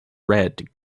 red